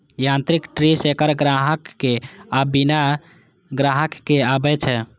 यांत्रिक tree shaker संग्राहक आ बिना संग्राहक के आबै छै